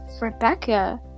Rebecca